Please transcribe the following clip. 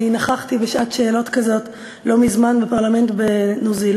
אני נכחתי בשעת שאלות כזו לא מזמן בפרלמנט בניו-זילנד,